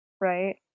right